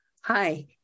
Hi